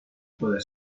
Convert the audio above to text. puede